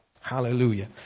Hallelujah